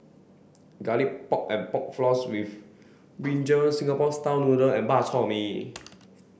garlic pork and pork floss with Brinjal Singapore style noodle and Bak Chor Mee